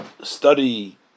study